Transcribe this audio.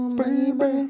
baby